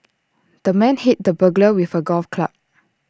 the man hit the burglar with A golf club